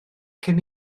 cyn